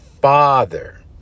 father